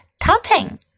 topping